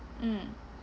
mm